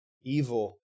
Evil